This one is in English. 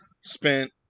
spent